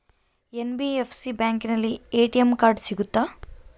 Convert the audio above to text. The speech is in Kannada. ಎನ್.ಬಿ.ಎಫ್.ಸಿ ಬ್ಯಾಂಕಿನಲ್ಲಿ ಎ.ಟಿ.ಎಂ ಕಾರ್ಡ್ ಸಿಗುತ್ತಾ?